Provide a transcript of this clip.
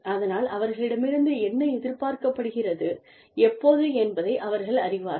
அதனால் அவர்களிடமிருந்து என்ன எதிர்பார்க்கப்படுகிறது எப்போது என்பதை அவர்கள் அறிவார்கள்